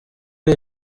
ari